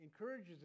encourages